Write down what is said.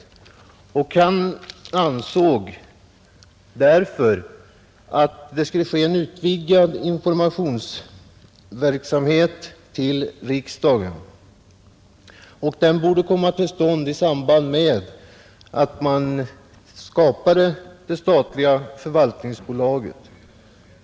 Departementschefen ansåg därför att en utvidgad informationsförmedling till riksdagen borde komma till stånd i samband med att man skapade det statliga förvaltningsbolaget.